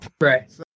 right